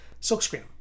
Silkscreen